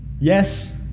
Yes